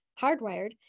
hardwired